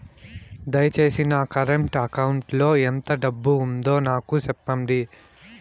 దయచేసి నా current account లో ఎంత డబ్బు ఉందో నాకు సెప్పండి